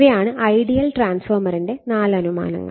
ഇവയാണ് ഐഡിയൽ ട്രാൻസ്ഫോർമറിന്റെ 4 അനുമാനങ്ങൾ